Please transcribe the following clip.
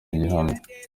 gihamya